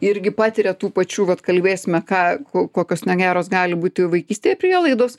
irgi patiria tų pačių vat kalbėsime ką kur kokios negeros gali būti vaikystėje prielaidos